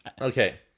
Okay